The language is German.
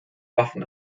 waffen